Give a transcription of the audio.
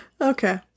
Okay